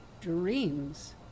dreams